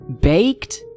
Baked